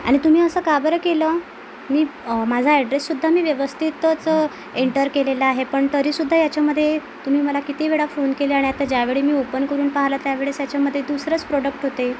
आणि तुम्ही असं का बरं केलं मी माझा ॲड्रेस सुध्दा मी व्यवस्थितच एंटर केलेला आहे पण तरी सुध्दा याच्या मध्ये तुम्ही मला किती वेळा फोन केले आणि आता ज्या वेळेस मी ओपन करून पाहिले तर याच्यामध्ये दुसरंच प्रोडक्ट होते